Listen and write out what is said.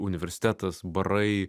universitetas barai